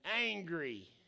angry